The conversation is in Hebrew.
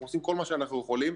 אנחנו עושים כל מה שאנחנו יכולים,